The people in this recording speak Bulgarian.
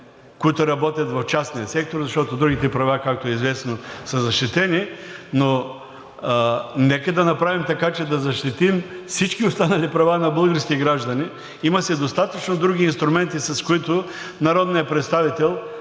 които работят в частния сектор, защото другите права, както е известно, са защитени, но нека да направим така, че да защитим всички останали права на българските граждани. Има си достатъчно други инструменти, с които народният представител,